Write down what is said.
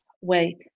wait